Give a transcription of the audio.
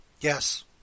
yes